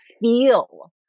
feel